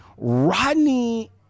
rodney